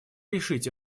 решить